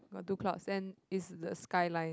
got two clouds then it's the skyline